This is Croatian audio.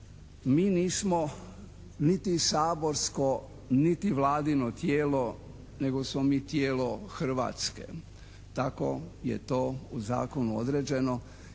Mi nismo niti saborsko niti Vladino tijelo nego smo mi tijelo Hrvatske, tako je to u zakonu određeno